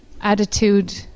attitude